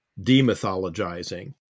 demythologizing